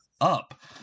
up